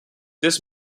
this